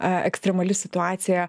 ekstremali situacija